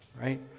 Right